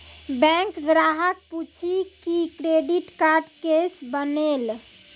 Bank ग्राहक पुछी की क्रेडिट कार्ड केसे बनेल?